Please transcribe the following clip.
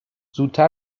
زودتر